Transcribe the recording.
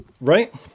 right